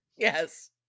yes